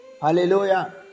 Hallelujah